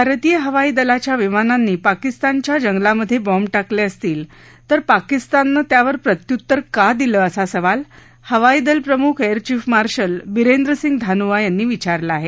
भारतीय हवाई दलाच्या विमानांनी पाकिस्तानच्या जंगलामध्ये बॉम्ब टाकले असतील तर पाकिस्ताननं त्यावर प्रत्य्तर का दिलं असा सवाल हवाई दल प्रमुख air chief marshal Birender Singh Dhanoa यांनी विचारला आहे